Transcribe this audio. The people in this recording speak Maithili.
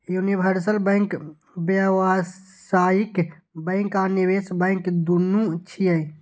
यूनिवर्सल बैंक व्यावसायिक बैंक आ निवेश बैंक, दुनू छियै